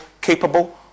capable